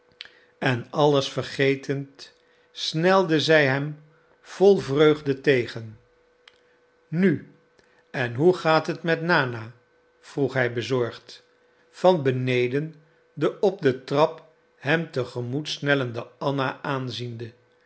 en alles vergetend snelde zij hem vol vreugde tegen nu en hoe gaat het nana vroeg hij bezorgd van beneden de op den trap hem te gemoet snellende anna aanziende